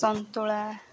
ସନ୍ତୁଳା